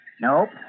Nope